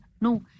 no